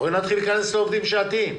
בואי נתחיל להיכנס לעובדים שעתיים,